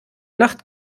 nacht